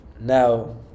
Now